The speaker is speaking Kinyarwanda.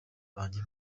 banjye